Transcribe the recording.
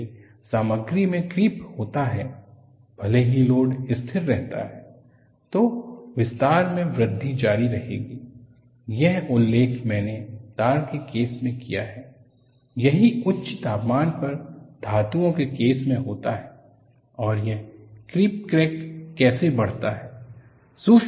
यदि सामग्री में क्रीप होता है भले ही लोड स्थिर रहता है तो विस्तार में वृद्धि जारी रहेगी यह उल्लेख मैंने टार के केस मे किया है यही उच्च तापमान पर धातुओं के केस में होता है और एक क्रीप क्रैक कैसे बढ़ता है